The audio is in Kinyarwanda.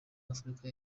afurika